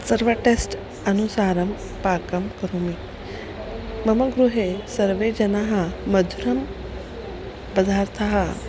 सर्वं टेस्ट् अनुसारं पाकं करोमि मम गृहे सर्वे जनाः मधुरपदार्थानि